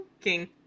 King